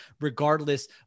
regardless